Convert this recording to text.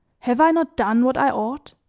have i not done what i ought?